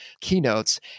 keynotes